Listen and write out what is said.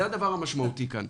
זה הדבר המשמעותי כאן.